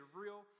real